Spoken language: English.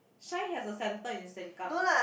Shine has a centre in Sengkang